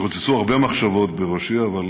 התרוצצו הרבה מחשבות בראשי, אבל